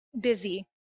Busy